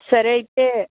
సరే అయితే